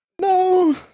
no